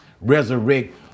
resurrect